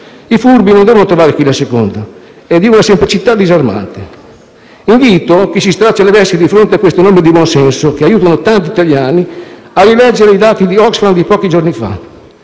I furbi non devono trovare chi li asseconda: questo principio è di una semplicità disarmante. Invito chi si straccia le vesti di fronte a queste norme di buon senso che aiutano tanti italiani a rileggere i dati dell'Oxfam di pochi giorni fa.